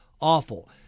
awful